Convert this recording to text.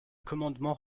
commandement